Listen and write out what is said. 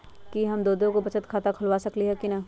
कि हम दो दो गो बचत खाता खोलबा सकली ह की न?